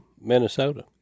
Minnesota